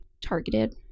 targeted